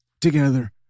together